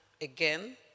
again